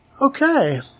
Okay